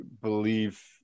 believe